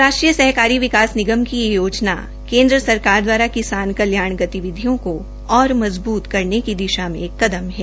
राष्ट्रीय सहकारी विकास निगम की यह योजना केन्द्र सरकार दवारा किसान कल्याण गतिविधियों को और मजबूत करने की दिशा में एक कदम है